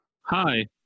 Hi